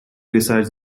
resides